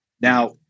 Now